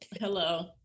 Hello